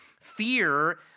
fear